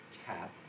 tap